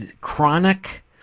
Chronic